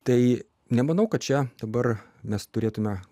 tai nemanau kad čia dabar mes turėtume